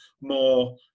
more